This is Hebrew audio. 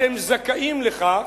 אתם זכאים לכך,